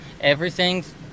everything's